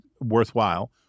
worthwhile